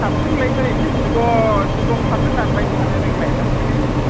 हारसिं लाय बोरैथो जिग' जिग' फाथो दानबाय थांनो नोंलाय हारसिङै